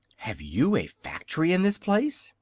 have you a factory in this place?